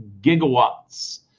gigawatts